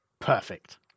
Perfect